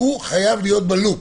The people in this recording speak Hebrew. הוא חייב להיות בלופ.